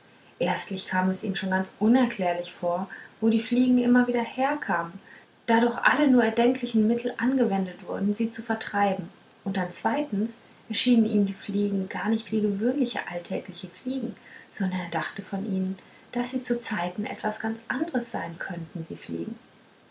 erstlich kam es ihm schon ganz unerklärlich vor wo die fliegen immer wieder herkamen da doch alle nur erdenklichen mittel angewendet wurden sie zu vertreiben und dann zweitens erschienen ihm die fliegen gar nicht wie gewöhnliche alltägliche fliegen sondern er dachte von ihnen daß sie zu zeiten etwas ganz anderes sein könnten wie fliegen